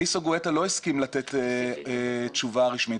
ניסו גואטה לא הסכים לתת הודעה רשמית.